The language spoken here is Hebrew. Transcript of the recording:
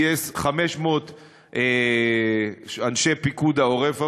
גייס 500 אנשי פיקוד העורף.